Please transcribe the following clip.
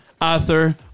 author